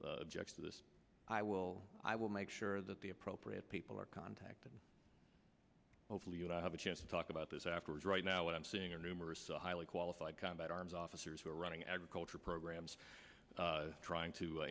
t objects to this i will i will make sure that the appropriate people are contacted hopefully you know i have a chance to talk about this afterwards right now what i'm seeing are numerous highly qualified combat arms officers who are running agriculture programs trying to